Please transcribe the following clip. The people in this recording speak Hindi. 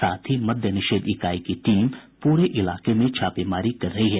साथ ही मद्य निषेध इकाई की टीम पूरे इलाके में छापेमारी कर रही है